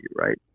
Right